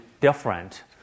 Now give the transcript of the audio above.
different